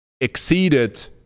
exceeded